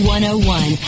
101